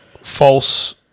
false